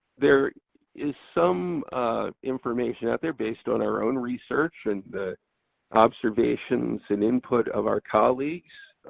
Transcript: there is some information out there based on our own research and the observations and input of our colleagues,